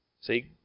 See